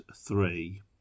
three